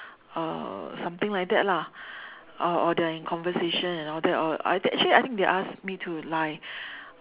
uh something like that lah or or they're in conversation and all that or I think actually I think they asked me to lie